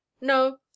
No